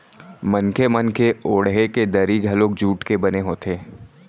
मनखे मन के ओड़हे के दरी घलोक जूट के बने होथे